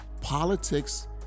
Politics